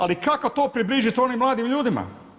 Ali kako to približiti onim mladim ljudima?